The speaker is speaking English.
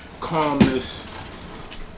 calmness